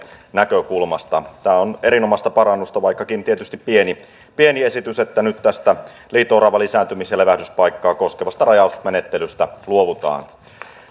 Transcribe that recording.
näkökulmasta tämä on erinomaista parannusta vaikkakin tietysti on pieni esitys että nyt tästä liito oravan lisääntymis ja levähdyspaikkaa koskevasta rajausmenettelystä luovutaan